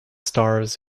stars